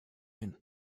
hin